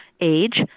age